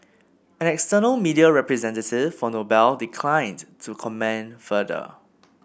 an external media representative for Noble declined to comment further